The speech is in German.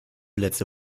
letzte